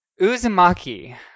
Uzumaki